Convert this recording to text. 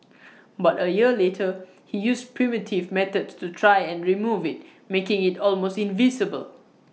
but A year later he used primitive methods to try and remove IT making IT almost invisible